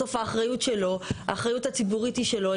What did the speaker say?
בסוף האחריות שלו, האחריות הציבורית היא שלו.